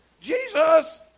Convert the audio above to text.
Jesus